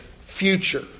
future